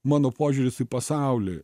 mano požiūris į pasaulį